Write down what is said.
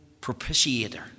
propitiator